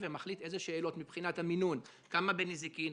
ומחליט איזה שאלות מבחינת המינון: כמה בנזיקין,